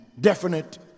definite